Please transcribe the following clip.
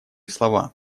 слова